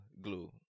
Glue